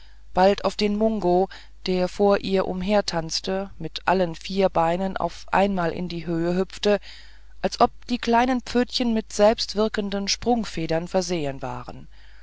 bald auf den mungos der vor ihr umhertanzte mit allen vier beinen auf einmal in die höhe hüpfend als ob die kleinen pfötchen mit selbstwirkenden sprungfedern versehen waren